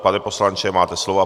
Pane poslanče, máte slovo.